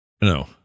No